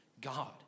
God